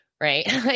right